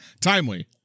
Timely